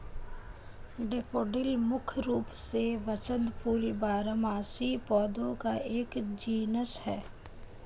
daffodil मुख्य रूप से वसंत फूल बारहमासी पौधों का एक जीनस है